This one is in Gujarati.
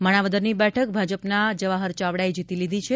માણાવદરની બેઠક ભાજપના જવાહર ચાવડાએ જીતી લીધી છે